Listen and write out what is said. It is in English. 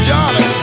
Johnny